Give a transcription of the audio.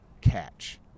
catch